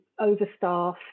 overstaffed